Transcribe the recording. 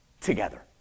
Together